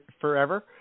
forever